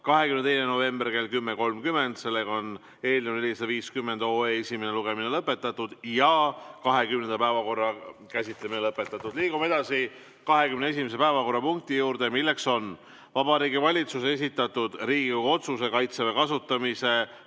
22. novembri kell 10.30. Sellega on eelnõu 451 esimene lugemine lõpetatud ja 21. päevakorrapunkti käsitlemine lõpetatud. Liigume edasi 22. päevakorrapunkti juurde, milleks on Vabariigi Valitsuse esitatud Riigikogu otsuse "Kaitseväe kasutamise